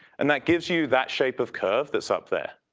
and that gives you that shape of curve that's up there.